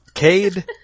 Cade